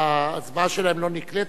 ההצבעה שלהם לא נקלטת?